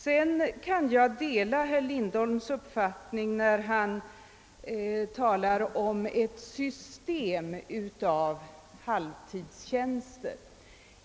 Jag kan dela herr Lindholms uppfattning när han talar om ett system av halvtidstjänster.